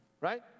right